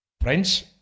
Friends